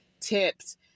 tips